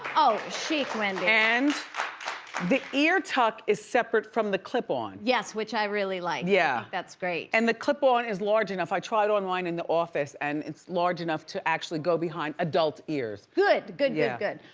oh, cheap wendy. and the ear tuck is separate from the clipon. yes which i really liked like yeah that's great. and the clip-on is large enough. i tried on mine in the office and it's large enough to actually go behind adult ears. good, good, yeah good,